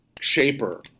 shaper